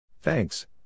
Thanks